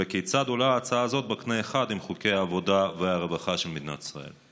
2. כיצד עולה הצעה זו בקנה אחד עם חוקי העבודה והרווחה של מדינת ישראל?